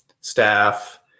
staff